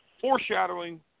foreshadowing